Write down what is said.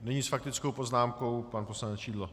Nyní s faktickou poznámkou pan poslanec Šidlo.